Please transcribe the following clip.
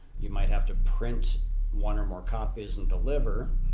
you might have to print one or more copies and deliver.